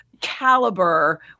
caliber